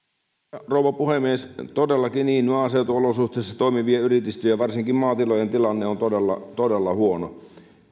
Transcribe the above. arvoisa rouva puhemies todellakin maaseutuolosuhteissa toimiva yritysten ja varsinkin maatilojen tilanne on todella todella huono